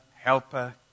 helper